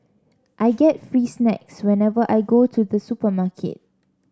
I get free snacks whenever I go to the supermarket